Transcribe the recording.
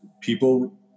people